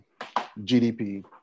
GDP